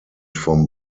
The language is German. vom